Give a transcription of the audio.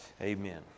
Amen